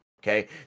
Okay